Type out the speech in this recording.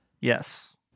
Yes